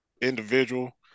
individual